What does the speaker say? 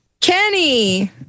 Kenny